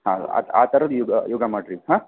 ಹಾಂ ಆ ಥರದ್ದು ಯೋಗ ಯೋಗ ಮಾಡಿರಿ ಹಾಂ